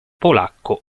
polacco